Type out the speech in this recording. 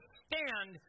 stand